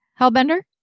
Hellbender